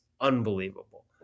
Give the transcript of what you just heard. unbelievable